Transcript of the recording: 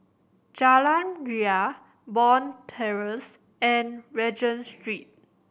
Jalan Ria Bond Terrace and Regent Street